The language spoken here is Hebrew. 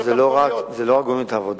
זה לא רק כי גומרים את העבודה.